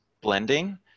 blending